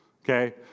Okay